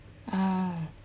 ah